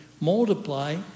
multiply